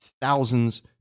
Thousands